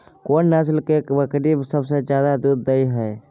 कोन नस्ल के बकरी सबसे ज्यादा दूध दय हय?